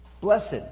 Blessed